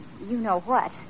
you-know-what